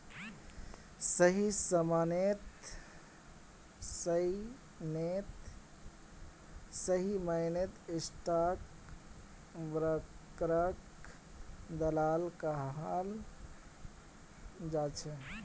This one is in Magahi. सही मायनेत स्टाक ब्रोकरक दलाल कहाल जा छे